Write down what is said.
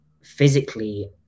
physically